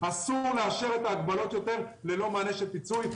אסור לאשר יותר את ההגבלות ללא מענה של פיצוי.